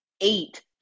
eight